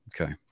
Okay